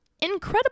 incredible